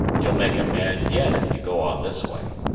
you'll make a man yet ef you go on this way.